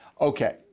Okay